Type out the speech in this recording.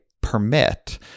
permit